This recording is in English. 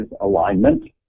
alignment